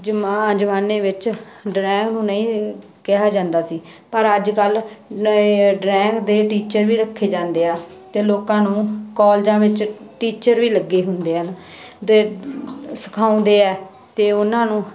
ਜਮਾਂ ਜ਼ਮਾਨੇ ਵਿੱਚ ਡਰਾਇੰਗ ਨੂੰ ਨਹੀਂ ਕਿਹਾ ਜਾਂਦਾ ਸੀ ਪਰ ਅੱਜ ਕੱਲ੍ਹ ਡਰੈਂਗ ਦੇ ਟੀਚਰ ਵੀ ਰੱਖੇ ਜਾਂਦੇ ਆ ਅਤੇ ਲੋਕਾਂ ਨੂੰ ਕੋਲਜਾਂ ਵਿੱਚ ਟੀਚਰ ਵੀ ਲੱਗੇ ਹੁੰਦੇ ਹਨ ਦੇ ਸਿਖਾਉਂਦੇ ਆ ਅਤੇ ਉਹਨਾਂ ਨੂੰ